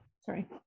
Sorry